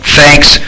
thanks